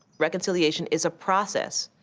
reconciliation is a process.